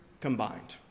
combined